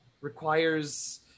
requires